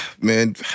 Man